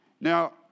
Now